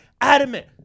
adamant